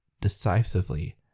decisively